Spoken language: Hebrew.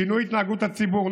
שינוי התנהגות הציבור.